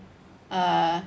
uh